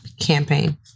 campaign